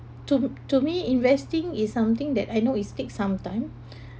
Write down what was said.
to to me investing is something that I know is take some time